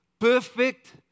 perfect